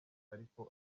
ariko